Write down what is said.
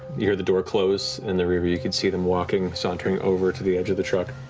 you hear the door close, in the rear view you can see them walking, sauntering over to the edge of the truck.